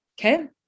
okay